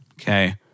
Okay